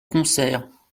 concerts